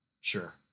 Sure